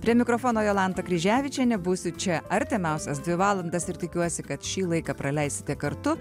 prie mikrofono jolanta kryževičienė būsiu čia artimiausias dvi valandas ir tikiuosi kad šį laiką praleisite kartu